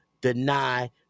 deny